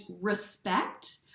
respect